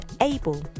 Abel